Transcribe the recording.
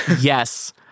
yes